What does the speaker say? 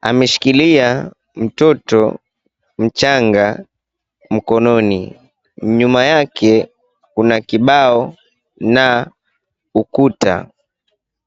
Ameshikilia mtoto mchanga mkononi. Nyuma yake kuna kibao na ukuta.